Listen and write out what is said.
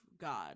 god